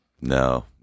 no